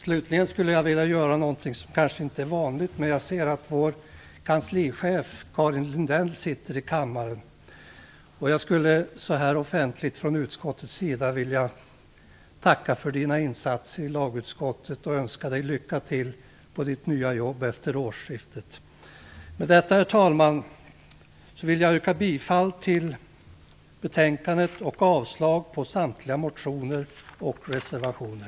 Slutligen skulle jag vilja göra något som kanske inte är så vanligt. Jag ser att vår kanslichef Karin Lindell sitter i kammaren. Jag skulle så här offentligt från utskottets sida vilja tacka för hennes insatser i lagutskottet och önska henne lycka till på hennes nya jobb efter årsskiftet. Herr talman! Med detta vill jag yrka bifall till hemställan i betänkandet och avslag på samtliga motioner och reservationer.